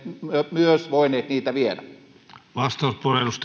myös voineet niitä viedä